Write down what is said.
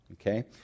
Okay